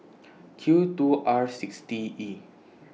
Q two R six T E